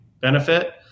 benefit